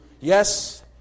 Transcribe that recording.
yes